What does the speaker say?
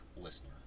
listener